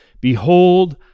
Behold